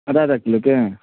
आधा आधा किलो के